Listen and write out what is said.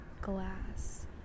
Glass